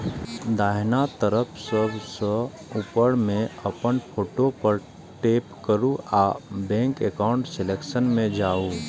दाहिना तरफ सबसं ऊपर मे अपन फोटो पर टैप करू आ बैंक एकाउंट सेक्शन मे जाउ